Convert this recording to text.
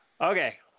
Okay